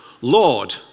Lord